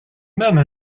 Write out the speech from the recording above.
même